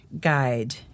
guide